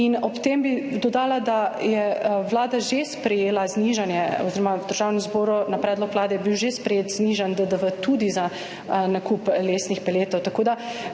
Ob tem bi dodala, da je Vlada že sprejela znižanje oziroma v Državnem zboru na predlog Vlade je bil že sprejet znižan DDV tudi za nakup lesnih peletov.